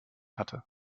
hatte